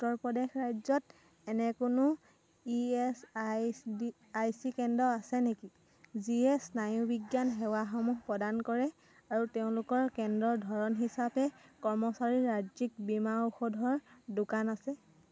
উত্তৰ প্ৰদেশ ৰাজ্যত এনে কোনো E S I C B I C কেন্দ্ৰ আছে নেকি যিয়ে স্নায়ুবিজ্ঞান সেৱাসমূহ প্ৰদান কৰে আৰু তেওঁলোকৰ কেন্দ্ৰৰ ধৰণ হিচাপে কৰ্মচাৰীৰ ৰাজ্যিক বীমা ঔষধৰ দোকান আছে